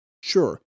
sure